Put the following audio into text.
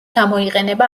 გამოიყენება